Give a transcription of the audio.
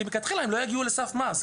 כי מלכתחילה הם לא יגיעו לסף מס,